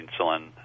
insulin